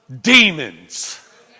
demons